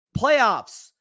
Playoffs